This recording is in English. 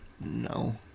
No